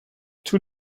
two